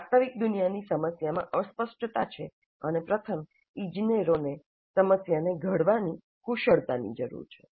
વાસ્તવિક દુનિયાની સમસ્યામાં અસ્પષ્ટતા છે અને પ્રથમ ઇજનેરોને સમસ્યાને ઘડવાની કુશળતાની જરૂર છે